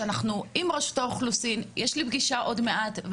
יש לי פגישה עוד מעט עם רשות האוכלוסין,